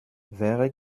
wäre